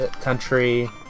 Country